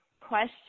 question